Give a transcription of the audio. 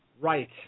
Right